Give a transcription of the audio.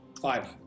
Five